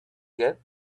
get